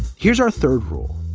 here's our third rule.